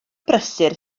brysur